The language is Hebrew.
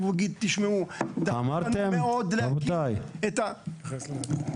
יגידו שזה דחוף מאוד להקים את התחנה.